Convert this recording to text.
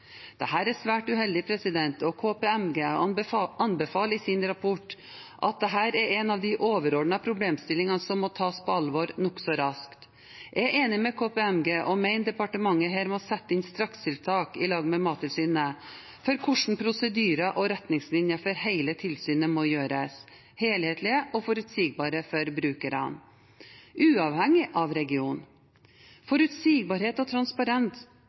er svært uheldig, og KPMG anbefaler i sin rapport at dette er en av de overordnede problemstillingene som må tas på alvor nokså raskt. Jeg er enig med KPMG og mener departementet, sammen med Mattilsynet, her må sette inn strakstiltak med tanke på hvordan prosedyrer og retningslinjer for hele tilsynet må gjøres helhetlige og forutsigbare for brukerne, uavhengig av region. Forutsigbarhet og